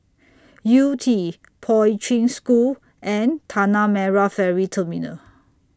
Yew Tee Poi Ching School and Tanah Merah Ferry Terminal